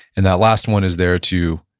and that last one is there to,